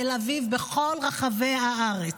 תל אביב ומכל רחבי הארץ,